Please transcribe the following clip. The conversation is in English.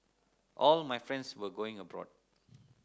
all my friends were going abroad